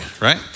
right